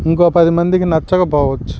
ఇంకో పది మందికి నచ్చకపోవచ్చు